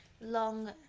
long